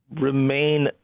remain